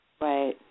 Right